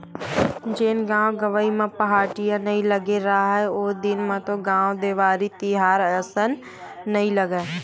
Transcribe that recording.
जेन गाँव गंवई म पहाटिया नइ लगे राहय ओ दिन तो गाँव म देवारी तिहार असन नइ लगय,